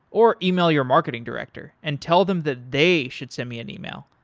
or email your marketing director and tell them that they should send me an email,